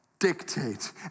Dictate